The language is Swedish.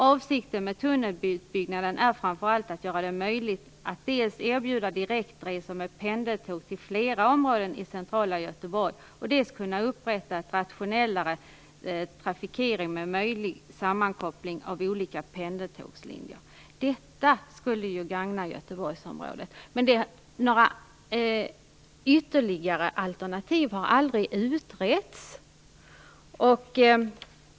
Avsikten med tunnelutbyggnaden är framför allt att man skall göra det möjligt att dels erbjuda direktresor med pendeltåg till flera områden i centrala Göteborg, dels upprätta rationellare trafikering med möjlig sammankoppling av olika pendeltågslinjer. Detta skulle gagna Göteborgsområdet. Men några ytterligare alternativ har aldrig utretts.